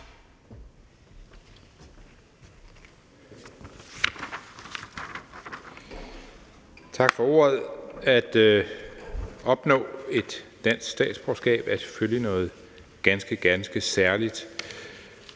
Tak for ordet. At opnå et dansk statsborgerskab er selvfølgelig noget ganske, ganske særligt.